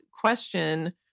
question